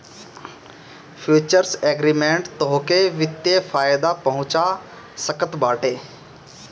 futures agreement तोहके वित्तीय फायदा पहुंचा सकत बाटे